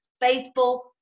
faithful